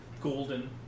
golden